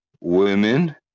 women